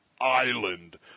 island